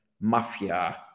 mafia